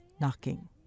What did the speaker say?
knocking